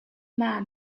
man